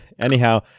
Anyhow